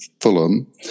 Fulham